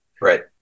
right